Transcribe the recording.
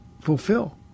fulfill